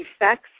effects